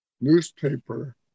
newspaper